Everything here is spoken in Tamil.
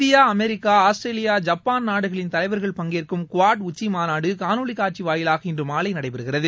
இந்தியா அமெரிக்கா ஆஸ்திரேலியா ஜப்பான் நாடுகளின் தலைவர்கள் பங்கேற்கும் குவாட் உச்சிமாநாடு காணொலி காட்சி வாயிலாக இன்று மாலை நடைபெறுகிறது